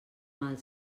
mal